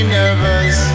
nervous